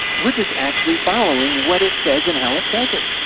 we are just actually following what it says, and how it says it.